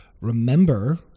remember